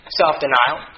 self-denial